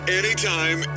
anytime